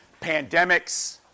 Pandemics